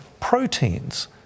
proteins